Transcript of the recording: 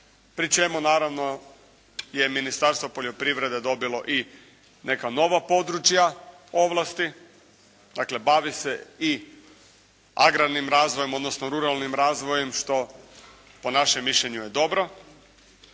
pri čemu naravno Ministarstvo poljoprivrede dobilo i neka nova područja ovlasti. Dakle bavi se i agrarnim razvojem odnosno ruralnim razvojem što po našem mišljenju je dobro